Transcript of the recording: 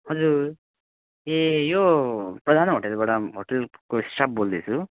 हजुर ए यो प्रधान होटेलबाट होटेलको स्टाफ बोल्दैछु